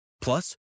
Plus